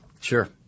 Sure